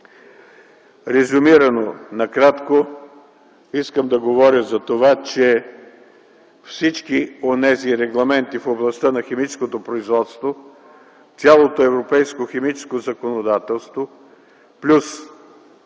Резюмирано накратко, искам да говоря за това, че всички онези регламенти в областта на химическото производство, цялото европейско химическо законодателство, плюс